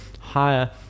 higher